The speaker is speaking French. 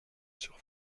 sur